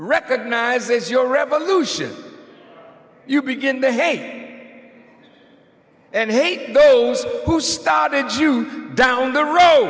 recognize as your revolution you begin to hate and hate those who started you down the road